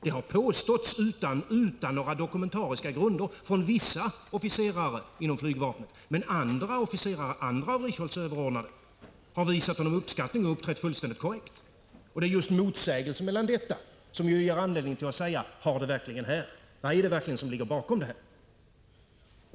Detta har påståtts utan några dokumentariska grunder av vissa officerare inom flygvapnet, men andra av Richholtz överordnade har visat honom uppskattning och uppträtt fullständigt korrekt. Det är just motsägelsen i detta avseende som ger anledning att fråga vad som egentligen ligger bakom det hela.